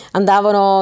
andavano